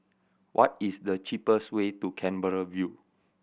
what is the cheapest way to Canberra View